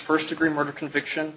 first degree murder conviction